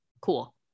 cool